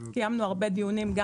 קיימנו הרבה דיונים.